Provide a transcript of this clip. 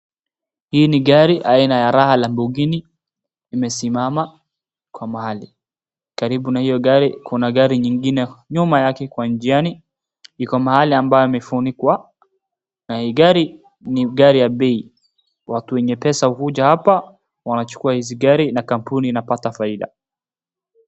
Hii ni gari aina ya raha Lamborghini imesimama kwa mahali. Karibu na hiyo gari kuna gari nyingine nyuma yake kwa njiani. Iko mahali ambayo imefunikwa na hii gari ni gari ya bei. Watu wenye pesa hufuja hapa wanachukua hizi gari na kampuni inapata faida.